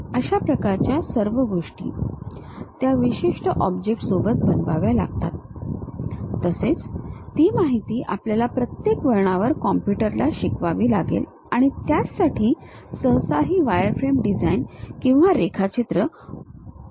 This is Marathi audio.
अशा प्रकारच्या सर्व गोष्टी त्या विशिष्ट ऑब्जेक्ट सोबत बनवाव्या लागतात तसेच ती माहिती आपल्याला प्रत्येक वळणावर कॉम्प्युटर ला शिकवावी लागेल आणि त्याचसाठी सहसा ही वायरफ्रेम डिझाइन किंवा रेखाचित्रे उपयुक्त ठरतात